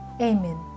Amen